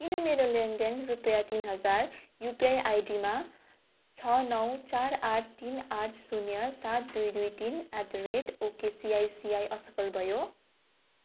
किन मेरो लेनदेन रुपियाँ तिन हजार युपिआई आईडीमा छ नौ चार आठ तिन आठ शून्य सात दुई दुई तिन एटदरेट ओके सिआईसिआई असफल भयो